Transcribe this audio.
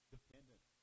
Dependent